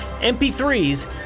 MP3s